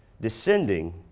descending